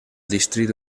distrito